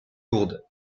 lourde